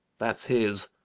that's his.